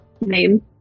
Name